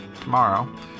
tomorrow